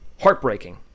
heartbreaking